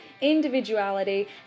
individuality